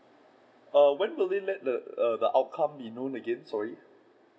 err when will they let the err outcome be known again sorry